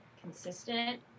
consistent